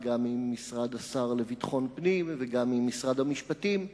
גם עם משרד השר לביטחון הפנים וגם עם משרד המשפטים.